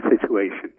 situation